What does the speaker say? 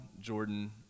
Jordan